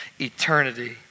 eternity